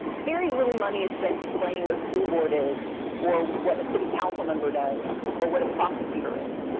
very little money is spent explaining what a school board is or what a city council member does or what a prosecutor is.